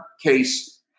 case